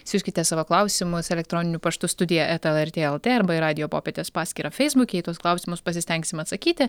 siųskite savo klausimus elektroniniu paštu studija eta lrt lt arba į radijo popietės paskyrą feisbuke į tuos klausimus pasistengsim atsakyti